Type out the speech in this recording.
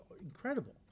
incredible